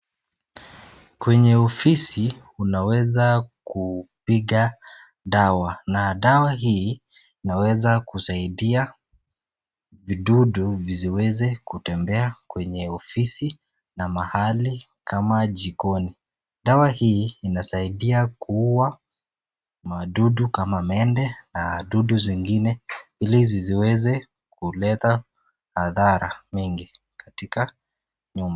Kwenye ofisi unaweza kupiga dawa na dawa hii inaeweza kusaidia vidudu visiweze kutembea kwenye ofisi na mahali kama jikoni .Dawa hii inasaidia kuua madudu kama mende na dudu zingine ilizisiweze kuleta madhara mengi katika nyumba.